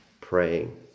praying